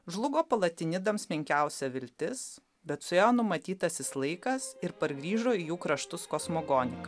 žlugo palatinidams menkiausia viltis bet suėjo numatytasis laikas ir pargrįžo į jų kraštus kosmogoninika